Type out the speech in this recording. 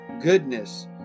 goodness